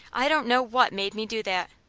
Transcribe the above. i don't know what made me do that.